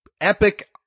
epic